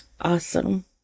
Awesome